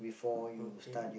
okay